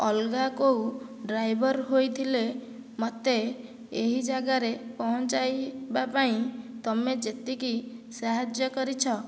ଅଲଗା କେଉଁ ଡ୍ରାଇଭର ହୋଇଥିଲେ ମୋତେ ଏହି ଜାଗାରେ ପହଁଞ୍ଚାଇବା ପାଇଁ ତୁମେ ଯେତିକି ସାହାଯ୍ୟ କରିଛ